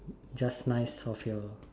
just nice of your